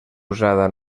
usada